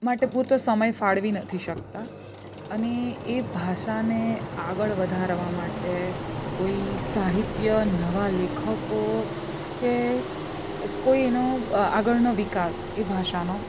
માટે પૂરતો સમય ફાળવી નથી શકતા અને એ ભાષાને આગળ વધારવા માટે કોઈ સાહિત્ય નવા લેખકો કે એ કોઈ એનો આગળનો વિકાસ એ ભાષાનો